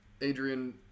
Adrian